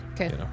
Okay